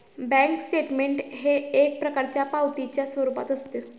bank statement हे एक प्रकारच्या पावतीच्या स्वरूपात असते